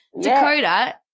Dakota